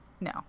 no